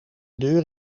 deur